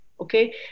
okay